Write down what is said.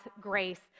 grace